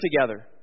together